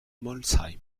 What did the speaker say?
molsheim